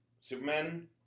Superman